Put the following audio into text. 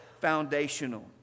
foundational